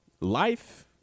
life